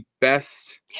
best